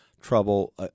Trouble